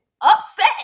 upset